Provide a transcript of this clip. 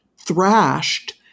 thrashed